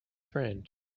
friend